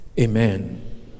Amen